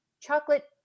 chocolate